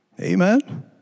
Amen